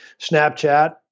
Snapchat